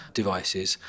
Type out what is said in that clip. devices